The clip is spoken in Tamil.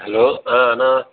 ஹலோ ஆ அண்ணா